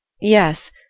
Yes